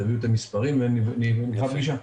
תעבירו את המספרים ונקבע פגישה.